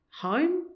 home